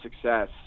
success